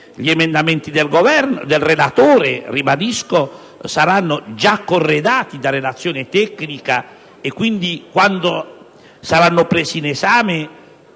gli emendamenti del relatore saranno già corredati da relazione tecnica e quindi, quando saranno presi in esame,